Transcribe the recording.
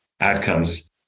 outcomes